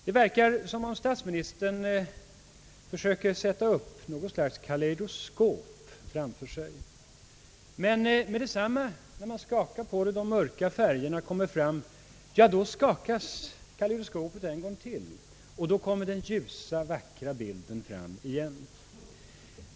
Det verkar som om statsministern försöker sätta upp ett kaleidoskop för ögat — men när han skakar på det och de mörka färgerna kommer fram, ja, då skakas kaleidoskopet genast än en gång så att den ljusa, vackra bilden träder fram igen.